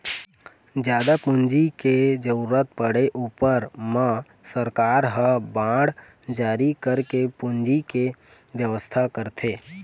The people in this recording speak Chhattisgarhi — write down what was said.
जादा पूंजी के जरुरत पड़े ऊपर म सरकार ह बांड जारी करके पूंजी के बेवस्था करथे